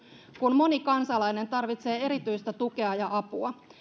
kun moni kansalainen tarvitsee erityistä tukea ja apua